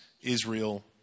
Israel